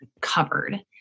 covered